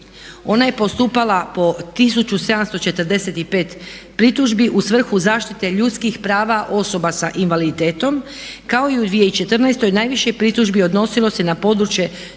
Ona je postupala po 1745 pritužbi u svrhu zaštite ljudskih prava osoba s invaliditetom kao i u 2014. najviše pritužbi odnosilo se na područje